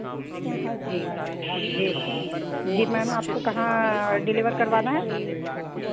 जी जी मैम आपको कहाँ डिलेवर करवाना है